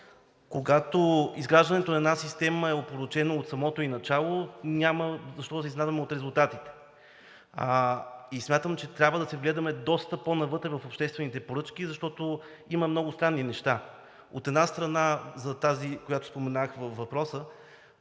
Когато изграждането на една система е опорочено от самото ѝ начало, няма защо да се изненадваме от резултатите. Смятам, че трябва да се вгледаме доста по-навътре в обществените поръчки, защото има много странни неща. От една страна, тази, която споменах във въпроса,